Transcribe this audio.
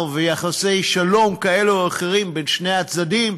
ויחסי שלום כאלה או אחרים בין שני הצדדים,